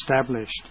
established